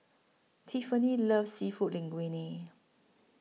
Tiffani loves Seafood Linguine